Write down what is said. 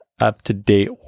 up-to-date